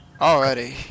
Alrighty